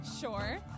sure